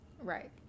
right